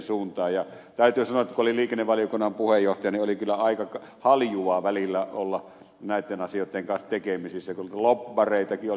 täytyy sanoa että kun olin liikennevaliokunnan puheenjohtaja niin oli kyllä aika haljua välillä olla näitten asioitten kanssa tekemisissä kun lobbareitakin oli